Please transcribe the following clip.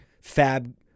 FAB